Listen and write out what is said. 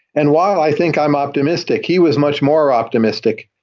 and while i think i'm optimistic, he was much more optimistic.